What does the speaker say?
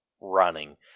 running